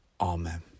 Amen